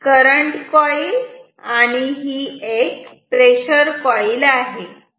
ही current coil आणि ही pressure coil आहे